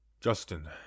Justin